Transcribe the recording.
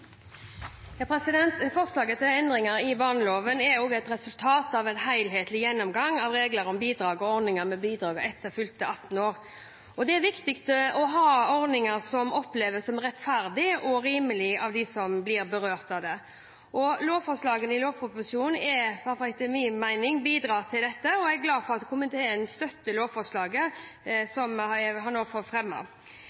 et resultat av en helhetlig gjennomgang av reglene om bidrag og ordningen med bidrag etter fylte 18 år. Det er viktig å ha ordninger som oppleves som rettferdige og rimelige av dem som blir berørt av dem. Lovforslagene i lovproposisjonen bidrar til dette, i hvert fall etter min mening, og jeg er glad for at komiteen støtter lovforslaget